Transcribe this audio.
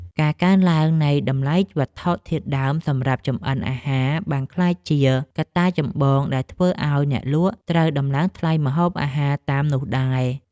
ការកើនឡើងនៃតម្លៃវត្ថុធាតុដើមសម្រាប់ចម្អិនអាហារបានក្លាយជាកត្តាចម្បងដែលធ្វើឱ្យអ្នកលក់ត្រូវដំឡើងថ្លៃម្ហូបអាហារតាមនោះដែរ។